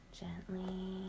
gently